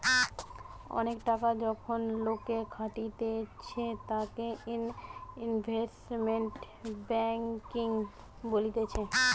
অনেক টাকা যখন লোকে খাটাতিছে তাকে ইনভেস্টমেন্ট ব্যাঙ্কিং বলতিছে